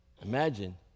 Imagine